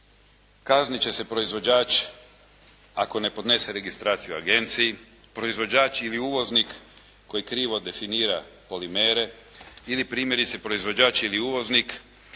kaznit će se proizvođač ako ne podnese registraciju agenciji, proizvođač ili uvoznik koji krivo definira polimere, ili primjerice proizvođač ili uvoznik